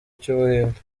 cy’ubuhinde